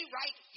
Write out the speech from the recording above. right